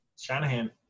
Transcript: Shanahan